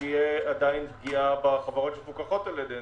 שתינתן הפחתה של 15% מן האגרה השנתית.